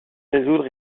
résoudre